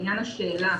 לעניין השאלה